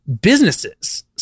businesses